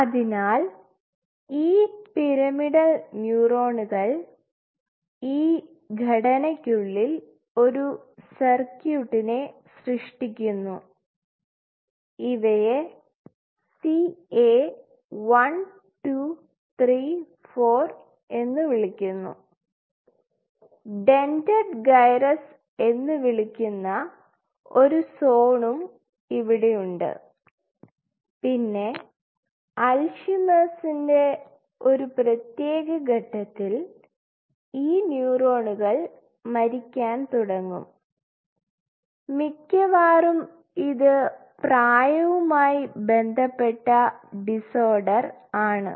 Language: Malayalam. അതിനാൽ ഈ പിരമിഡൽ ന്യൂറോൺകൾ ഈ ഘടനയ്ക്കുള്ളിൽ ഒരു സർക്യൂട്ടിനെ സൃഷ്ടിക്കുന്നു ഇവയെ ca 1 2 3 4 എന്നു വിളിക്കുന്നു ഡെന്റഡ് ഗൈറസ് എന്ന് വിളിക്കുന്ന ഒരു സോണും ഇവിടെയുണ്ട് പിന്നെ അൽഷിമേഴ്സിന്റെAlzheimer's ഒരു പ്രത്യേക ഘട്ടത്തിൽ ഈ ന്യൂറോണുകൾ മരിക്കാൻ തുടങ്ങും മിക്കവാറും ഇത് പ്രായവുമായി ബന്ധപ്പെട്ട ഡിസോഡർ ആണ്